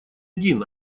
один